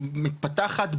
מתפתחת,